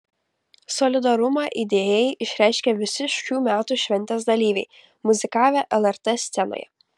solidarumą idėjai išreiškė visi šių metų šventės dalyviai muzikavę lrt scenoje